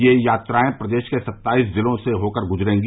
ये यात्राये प्रदेश के सत्ताईस जिलों से होकर गुजरेंगी